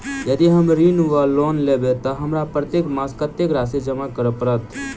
यदि हम ऋण वा लोन लेबै तऽ हमरा प्रत्येक मास कत्तेक राशि जमा करऽ पड़त?